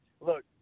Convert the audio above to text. look